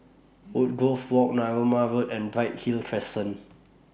Woodgrove Walk Narooma Road and Bright Hill Crescent